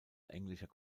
englischer